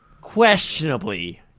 questionably